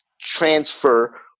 transfer